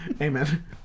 Amen